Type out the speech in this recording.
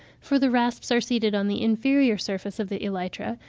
for the rasps are seated on the inferior surface of the elytra,